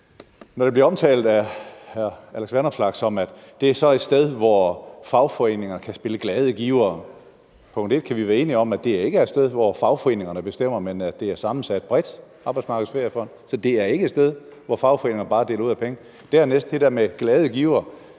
uvidende omtale, når hr. Alex Vanopslagh omtaler det som et sted, hvor fagforeningerne kan spille glade givere. Punkt 1: Kan vi være enige om, at det ikke er et sted, hvor fagforeningerne bestemmer? Arbejdsmarkedets Feriefond er bredt sammensat, så det er ikke et sted, hvor fagforeningerne bare deler ud af pengene. Punkt 2 er til det med de glade givere: